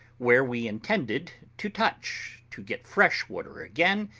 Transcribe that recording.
where we intended to touch, to get fresh water again,